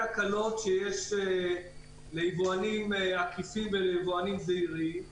הקלות שיש ליבואנים עקיפים וליבואנים זעירים,